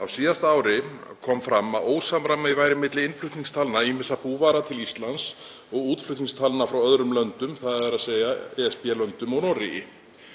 Á síðasta ári kom fram að ósamræmi væri milli innflutningstalna ýmissa búvara til Íslands og útflutningstalna frá öðrum löndum, þ.e. ESB-löndum og Noregi.